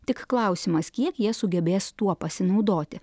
tik klausimas kiek jie sugebės tuo pasinaudoti